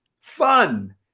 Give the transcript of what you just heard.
Fun